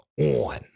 on